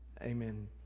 amen